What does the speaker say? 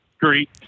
great